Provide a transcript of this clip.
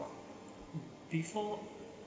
before